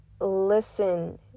listen